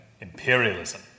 imperialism